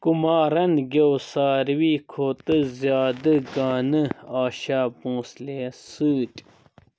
کُمارَن گیٚو سارِوٕے کھۅتہٕ زیادٕ گانہٕ آشا بھونٛسلے یَس سۭتۍ